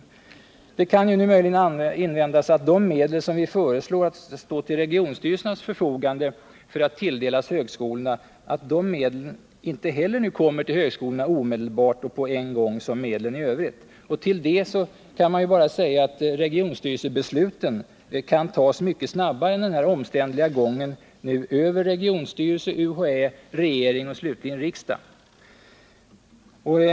Det kan nu möjligen invändas att de medel vi föreslår skall stå till regionstyrelsernas förfogande för att tilldelas högskolorna är medel som inte heller kommer högskolorna till del omedelbart och på samma gång som medlen i övrigt. Till detta är bara att säga att regionstyrelsebesluten kan tas mycket snabbare än den omständliga gången nu över regionstyrelse, UHÄ, regering och slutligen riksdag.